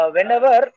Whenever